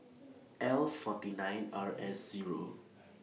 L forty nine R S Zero